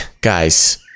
Guys